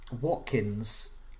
Watkins